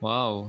Wow